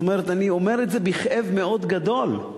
אני אומר את זה בכאב מאוד גדול.